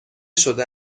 شده